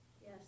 Yes